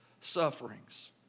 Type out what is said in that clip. sufferings